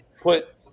put